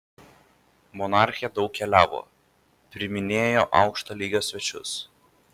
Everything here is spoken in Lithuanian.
monarchė daug keliavo priiminėjo aukšto lygio svečius